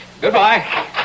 Goodbye